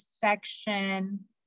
section